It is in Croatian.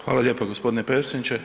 Hvala lijepa gospodine predsjedniče.